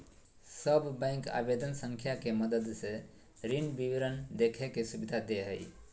सब बैंक आवेदन संख्या के मदद से ऋण विवरण देखे के सुविधा दे हइ